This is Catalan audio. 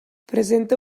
presenta